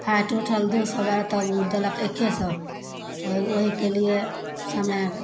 fat उठल दू सए ग्राम तऽ ओ देलक एक्के सए ओहि ओहिके लिए समय